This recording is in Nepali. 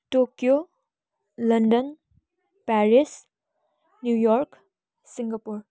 Tokyo London Paris New York Singapore